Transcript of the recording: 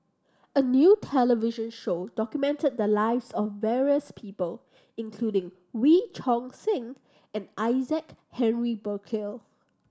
a new television show documented the lives of various people including Wee Choon Seng and Isaac Henry Burkill